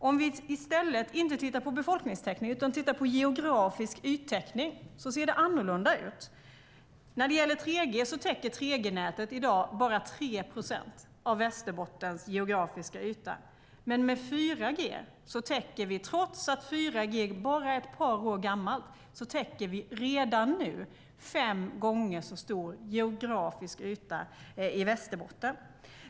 Om vi i stället för befolkningstäckning tittar på geografisk yttäckning ser det annorlunda ut. 3G-nätet täcker i dag bara 3 procent av Västerbottens geografiska yta, men med 4G täcker vi, trots att 4G bara är ett par år gammalt, redan nu fem gånger så stor geografisk yta i Västerbotten.